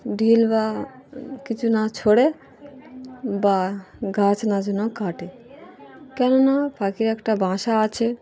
ঢিল বা কিছু না ছোড়ে বা গাছ না যেন কাটে কেননা পাখির একটা বাসা আছে